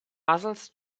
muzzles